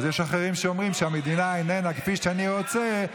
אז יש אחרים שאומרים: המדינה איננה כפי שאני רוצה,